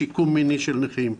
לשיקום מיני של נכים,